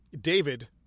David